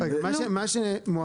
יש משהו בג'ת.